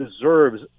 deserves